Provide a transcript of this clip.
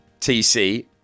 TC